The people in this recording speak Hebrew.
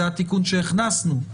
זה התיקון שהכנסנו.